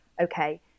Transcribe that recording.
okay